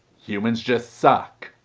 humans just suck.